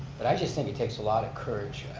but i just think it takes a lot of courage.